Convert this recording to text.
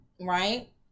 right